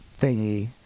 thingy